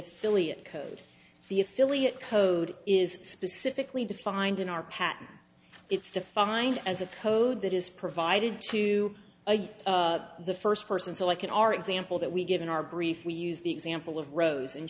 affiliate code the affiliate code is specifically defined in our patent it's defined as a code that is provided to the first person so like in our example that we given our brief we use the example of rows and